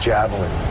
Javelin